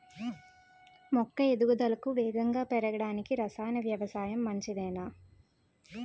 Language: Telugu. మొక్క ఎదుగుదలకు వేగంగా పెరగడానికి, రసాయన వ్యవసాయం మంచిదేనా?